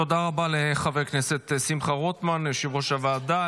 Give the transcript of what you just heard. תודה רבה לחבר הכנסת שמחה רוטמן, יושב-ראש הוועדה.